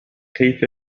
كيف